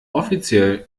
offiziell